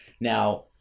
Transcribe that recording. Now